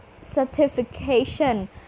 certification